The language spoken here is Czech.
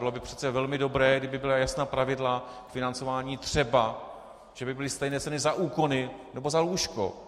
Bylo by přece velmi dobré, kdyby byla jasná pravidla financování, třeba že by byly stejné ceny za úkony nebo za lůžko.